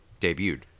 debuted